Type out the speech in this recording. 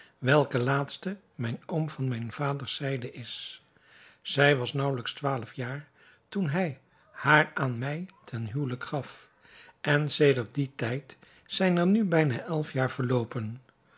welke laatste mijn oom van vaders zijde is zij was naauwelijks twaalf jaar toen hij haar aan mij ten huwelijk gaf en sedert dien tijd zijn er nu bijna elf jaren verloopen